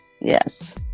Yes